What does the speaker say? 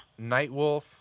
Nightwolf